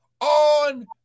on